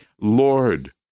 Lord